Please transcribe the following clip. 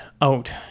out